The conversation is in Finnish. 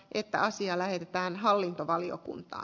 että asia lähetetään hallintovaliokuntaa